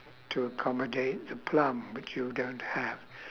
to accommodate the plum but you don't have